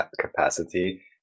capacity